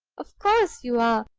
of course you are!